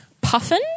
Puffin